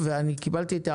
אולי אפשר להעתיק משם דברים.